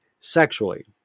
sexually